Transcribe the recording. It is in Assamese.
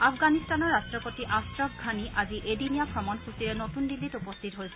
আফগানিস্তানৰ ৰাট্টপতি আশ্ৰফ ঘানি আজি এদিনীয়া ভ্ৰমণসূচীৰে নতুন দিল্লীত উপস্থিত হৈছে